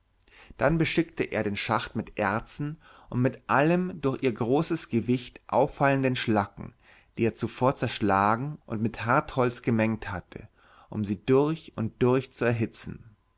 dann beschickte er den schacht mit erzen und mit allen durch ihr großes gewicht auffallenden schlacken die er zuvor zerschlagen und mit hartholz gemengt hatte um sie durch und durch zu erhitzen